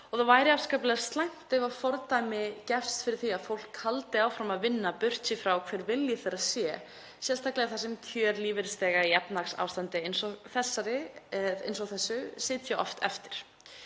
Það væri afskaplega slæmt ef fordæmi yrði fyrir því að fólk héldi áfram að vinna, burt séð frá því hver vilji þess er, sérstaklega þar sem kjör lífeyrisþega í efnahagsástandi eins og þessu sitja oft eftir.